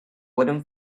wooden